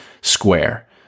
Square